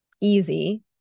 easy